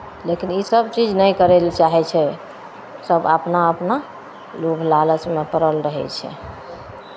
लेकिन ईसभ चीज नहि करय लए चाहै छै सभ अपना अपना लोभ लालचमे पड़ल रहै छै